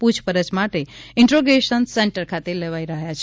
પુછપરછ માટે interrogation centre ખાતે લવાઇ રહ્યાં છે